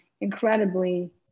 incredibly